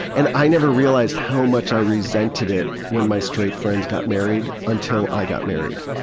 and i never realized how much i resented it when my straight friends got married, until i got married,